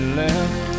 left